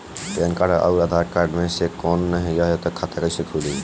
Pan card आउर Aadhaar card मे से कोई ना रहे त खाता कैसे खुली?